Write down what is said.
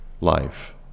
life